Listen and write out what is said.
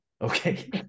Okay